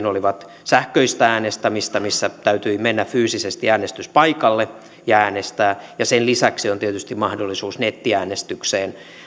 olivat sähköistä äänestämistä missä täytyi mennä fyysisesti äänestyspaikalle ja äänestää ja sen lisäksi on tietysti mahdollisuus nettiäänestykseen